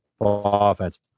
offense